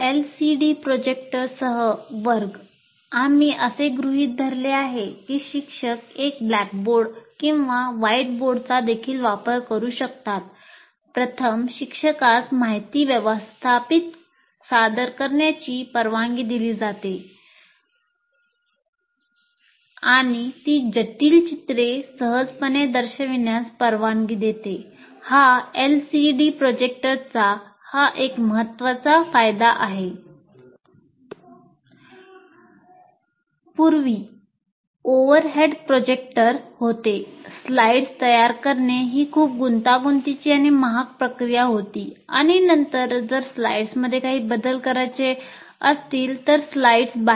LCD प्रोजेक्टरसह एक महत्त्वपूर्ण फायदा आहे